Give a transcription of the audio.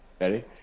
Ready